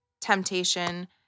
temptation